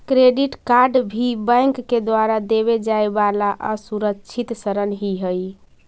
credit card भी bank के द्वारा देवे जाए वाला असुरक्षित ऋण ही हइ